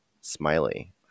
Smiley